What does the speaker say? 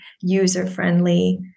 user-friendly